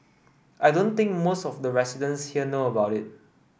I don't think most of the residents here know about it